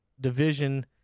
division